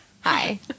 Hi